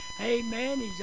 Amen